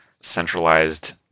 centralized